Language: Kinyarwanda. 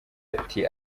ati